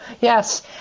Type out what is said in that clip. Yes